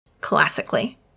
classically